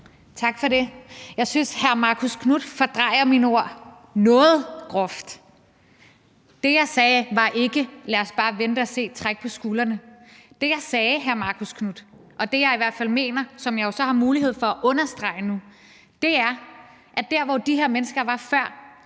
Tak for det. Jeg synes, hr. Marcus Knuth fordrejer mine ord noget groft. Det, jeg sagde, var ikke: Lad os bare vente og se og trække på skuldrene. Det, jeg sagde, hr. Marcus Knuth, og det, jeg i hvert fald mener, som jeg jo så har mulighed for at understrege nu, er, at der, hvor de her mennesker var før,